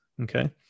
okay